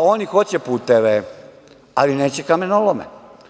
Oni hoće puteve, ali neće kamenolome.